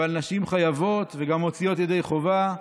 אבל נשים חייבות וגם מוציאות ידי חובה,